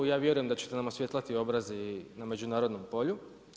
I ja vjerujem da ćete nam osvijetliti obraz i na međunarodnom polju.